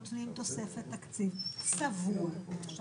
נוכל בהמשך להביא גם נתונים הרבה יותר מפורטים במידה ואנחנו נידרש